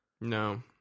No